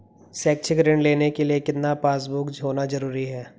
शैक्षिक ऋण लेने के लिए कितना पासबुक होना जरूरी है?